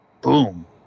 Boom